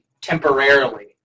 temporarily